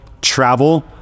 travel